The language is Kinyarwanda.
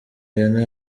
hene